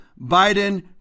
Biden